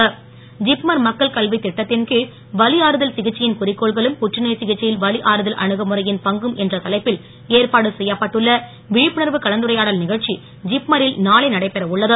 திப்மர் ஜிப்மர் மக்கள் கல்வி திட்டத்தின் கீழ் வலி ஆறுதல் சிகிச்சையின் குறிக்கோள்களும் புற்றுநோய் சிகிச்சையில் வலி ஆறுதல் அணுகுமுறையின் பங்கும் என்ற தலைப்பில் ஏற்பாடு செய்யப்பட்டுள்ள விழிப்புணர்வு கலந்துரையாடல் நிகழ்ச்சி திப்மரில் நாளை நடைபெற உள்ளது